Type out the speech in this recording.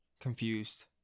confused